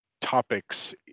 topics